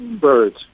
birds